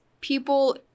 people